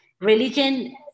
Religion